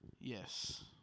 Yes